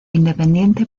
independiente